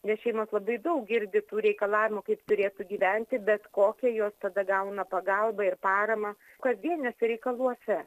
nes šeimos labai daug girdi tų reikalavimų kaip turėtų gyventi bet kokią jos tada gauna pagalbą ir paramą kasdieniuose reikaluose